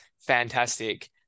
fantastic